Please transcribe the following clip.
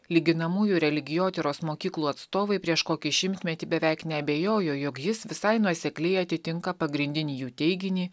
lyginamųjų religijotyros mokyklų atstovai prieš kokį šimtmetį beveik neabejojo jog jis visai nuosekliai atitinka pagrindinį jų teiginį